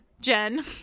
Jen